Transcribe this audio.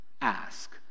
ask